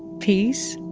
peace,